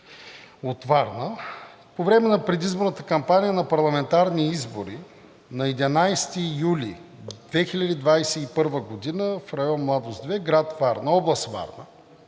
от Варна. По време на предизборната кампания на парламентарните избори на 11 юли 2021 г. в район „Младост 2“, град Варна,